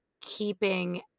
keeping